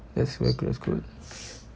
that's good